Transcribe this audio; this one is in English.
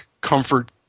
Comfort